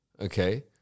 Okay